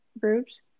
groups